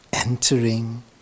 entering